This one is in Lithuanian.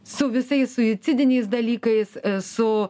su visais suicidiniais dalykais su